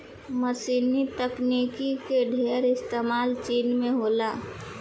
मशीनी तकनीक के ढेर इस्तेमाल चीन में होला